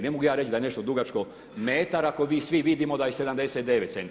Ne mogu ja reći da je nešto dugačko metar, ako mi svi vidimo da je 79 cm.